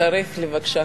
תאריך לי בבקשה,